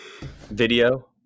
video